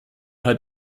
hat